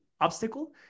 obstacle